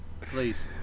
please